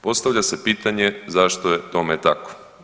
Postavlja se pitanje zašto je tome tako?